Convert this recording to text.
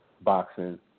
boxing